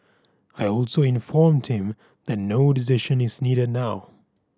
I also informed him that no decision is needed now